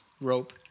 rope